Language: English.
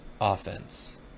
offense